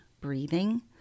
breathing